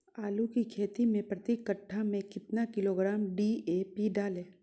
आलू की खेती मे प्रति कट्ठा में कितना किलोग्राम डी.ए.पी डाले?